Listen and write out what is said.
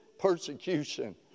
persecution